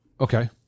okay